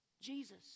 Jesus